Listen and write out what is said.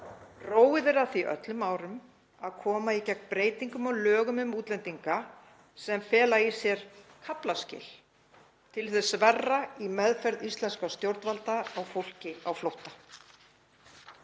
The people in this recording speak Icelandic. Róið er að því öllum árum að koma í gegn breytingum á lögum um útlendinga sem fela í sér kaflaskil til hins verra í meðferð íslenskra stjórnvalda á fólki á flótta.